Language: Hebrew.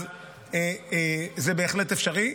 אז זה בהחלט אפשרי.